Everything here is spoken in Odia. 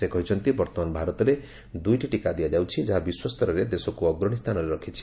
ସେ କହିଛନ୍ତି ବର୍ତ୍ତମାନ ଭାରତରେ ଦୁଇଟି ଟିକା ଦିଆଯାଉଛି ଯାହା ବିଶ୍ୱସ୍ତରରେ ଦେଶକୁ ଅଗ୍ରଣୀ ସ୍ଥାନରେ ରଖିଛି